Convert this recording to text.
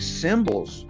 symbols